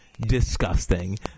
Disgusting